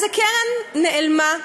אז הקרן נעלמה.